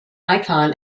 icon